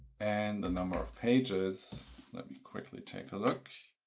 and the number of pages let me quickly take a look.